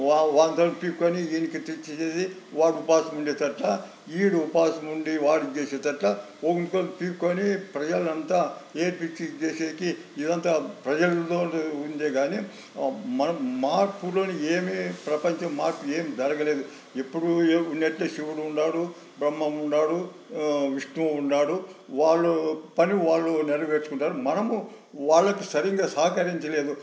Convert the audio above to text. వాడితోని పీక్కొని వీనికి తెచ్చి ఇచ్చేది వాడు ఉపవాసం ఉండేటట్టు వీడు ఉపవాసం ఉండి వాడు ఇది చేసేటట్టు ఒకనికొకనికి పీక్కొని ప్రజలని అంతా ఏడిపించి ఇది చేసేకి ఇదంతా ప్రజల్లోనే ఉందే కానీ మనం మార్పులోనే ఏమి ప్రపంచం మార్పు ఏమి జరగలేదు ఎప్పుడూ ఉండేటట్టు శివుడు ఉన్నాడు బ్రహ్మ ఉండాడు విష్ణువు ఉన్నాడు వాళ్లు పని వాళ్లు నెరవేర్చుకుంటారు మనము వాళ్లకి సరిగా సహకరించలేదు